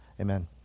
Amen